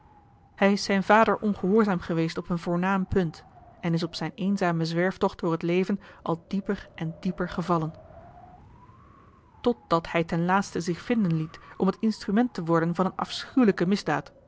hij is zijn vader ongehoorzaam geweest op een voornaam punt en is op zijn eenzamen zwerftocht door het leven al dieper en diéper gevallen totdat hij ten laatste zich vinden liet om het instrument te worden van eene afschuwelijke misdaad